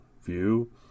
view